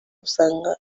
usanga